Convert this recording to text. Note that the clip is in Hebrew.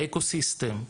האקו סיסטם,